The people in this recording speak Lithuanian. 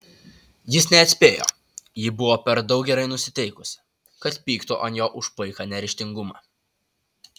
jis neatspėjo ji buvo per daug gerai nusiteikusi kad pyktų ant jo už paiką neryžtingumą